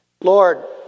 Lord